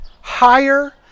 higher